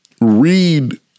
read